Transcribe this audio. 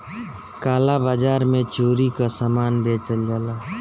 काला बाजार में चोरी कअ सामान बेचल जाला